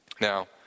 Now